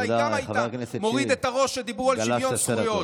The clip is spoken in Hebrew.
אולי גם היית מוריד את הראש כשדיברו על שוויון זכויות.